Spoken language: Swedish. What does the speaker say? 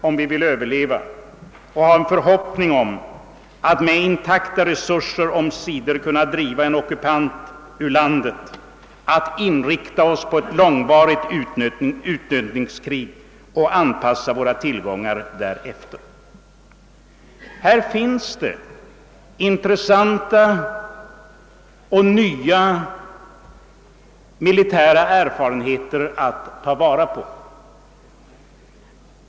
Om vi vill överleva och ha förhoppningar om att med intakta resurser omsider kunna driva en ockupant ur landet, måste vi i stället inrikta oss på ett långvarigt utnötningskrig och anpassa våra tillgångar därefter. Här finns intressanta och nya militära erfarenheter att ta vara på.